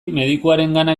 medikuarengana